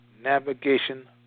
navigation